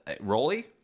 Rolly